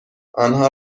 آنها